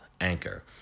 Anchor